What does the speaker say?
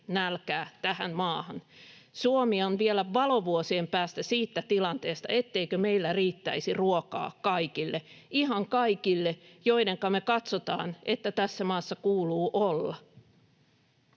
nälkää tähän maahan. Suomi on vielä valovuosien päässä siitä tilanteesta, etteikö meillä riittäisi ruokaa kaikille, ihan kaikille, joidenka me katsotaan, että tässä maassa kuuluu olla.